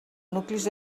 nuclis